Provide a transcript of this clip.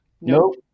Nope